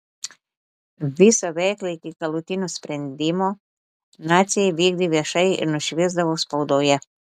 visą veiklą iki galutinio sprendimo naciai vykdė viešai ir nušviesdavo spaudoje